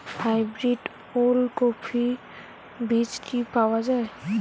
Hybrid ওলকফি বীজ কি পাওয়া য়ায়?